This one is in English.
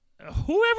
whoever